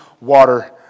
water